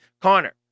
Connor